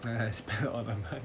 then I spend all the money